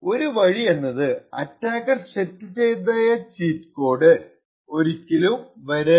ഒരു വഴി എന്നത് അറ്റാക്കർസെറ്റ് ചെയ്തതായ ചീറ്റ് കോഡ് അയാൾക്ക് ഒരിക്കലും ലഭിക്കരുത്